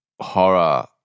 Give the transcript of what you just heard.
horror